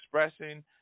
expressing